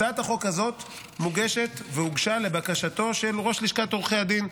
הצעת החוק הזאת מוגשת והוגשה לבקשתו של ראש לשכת עורכי הדין.